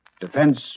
Defense